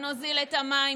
נוזיל את המים,